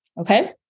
okay